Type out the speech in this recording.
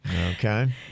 okay